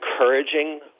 encouraging